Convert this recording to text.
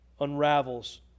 unravels